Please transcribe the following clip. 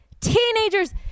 Teenagers